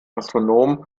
astronomen